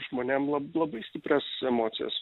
žmonėm lab labai stiprias emocijas